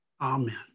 Amen